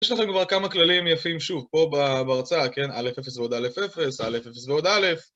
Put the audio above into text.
יש לכם כבר כמה כללים יפים שוב פה בהרצאה, כן? אלף אפס ועוד אלף אפס, אלף אפס ועוד אלף.